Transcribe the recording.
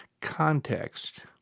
context